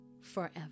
forever